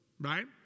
right